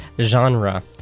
genre